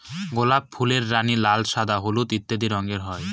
গোলাপ ফুলের রানী, লাল, সাদা, হলুদ ইত্যাদি রঙের হয়